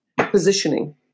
positioning